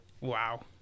wow